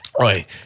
Right